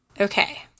Okay